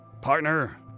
Partner